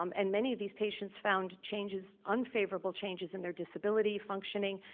um and many of these patients found changes, unfavorable changes, in their disability, functioning,